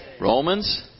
Romans